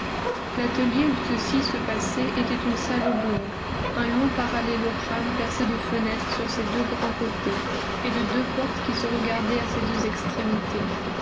l'atelier où ceci se passait était une salle oblongue un long parallélogramme percé de fenêtres sur ses deux grands côtés et de deux portes qui se regardaient à ses deux extrémités